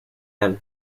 anne